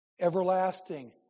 Everlasting